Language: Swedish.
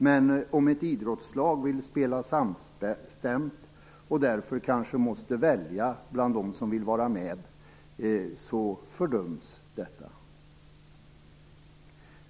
Men om ett idrottslag vill spela samstämt och därför kanske måste välja bland dem som vill vara med fördöms detta.